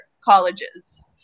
colleges